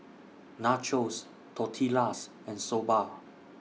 Nachos Tortillas and Soba